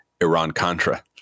Iran-Contra